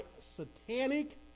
satanic